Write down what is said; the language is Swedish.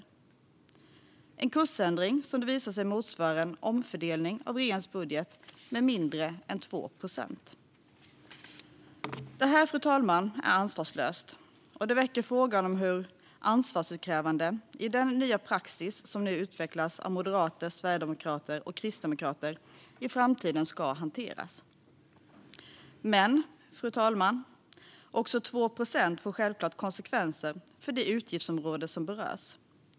Det är en kursändring som visar sig motsvara en omfördelning av regeringens budget med mindre än 2 procent. Det här, fru talman, är ansvarslöst. Det väcker frågan om hur ansvarsutkrävande i den nya praxis som nu utvecklas av moderater, sverigedemokrater och kristdemokrater i framtiden ska hanteras. Men, fru talman, också 2 procent får självklart konsekvenser för det utgiftsområde som berörs.